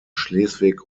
schleswig